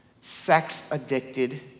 sex-addicted